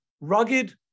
rugged